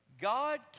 God